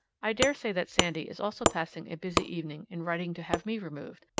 i dare say that sandy is also passing a busy evening in writing to have me removed.